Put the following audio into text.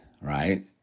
Right